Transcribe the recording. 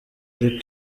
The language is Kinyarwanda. ari